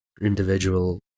individual